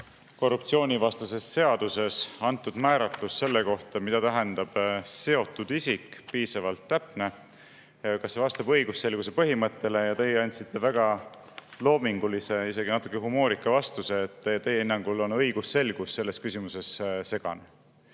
korruptsioonivastases seaduses antud määratlus selle kohta, mida tähendab seotud isik, piisavalt täpne. Kas see vastab õigusselguse põhimõttele? Ja teie andsite väga loomingulise, isegi natuke humoorika vastuse, et teie hinnangul on õigusselgus selles küsimuses segane.